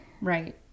Right